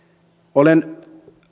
olen